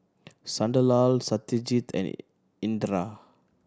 Sunderlal Satyajit and Indira